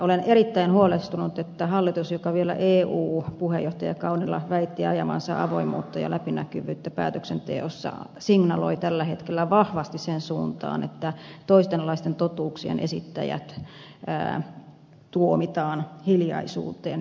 olen erittäin huolestunut siitä että hallitus joka vielä eu puheenjohtajakaudella väitti ajavansa avoimuutta ja läpinäkyvyyttä päätöksenteossa signaloi tällä hetkellä vahvasti sen suuntaan että toisenlaisten totuuksien esittäjät tuomitaan hiljaisuuteen